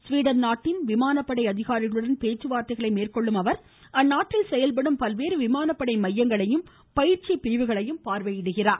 Sweden நாட்டின் விமான படை அதிகாரிகளுடன் பேச்சுவார்த்தைகளை மேற்கொள்ளும் அவர் அந்நாட்டில் செயல்படும் பல்வேறு விமானப்படை மையங்களையும் பயிற்சி பிரிவுகளையும் பார்வையிடுகிறார்